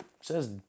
says